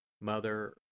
Mother